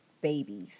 babies